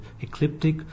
ecliptic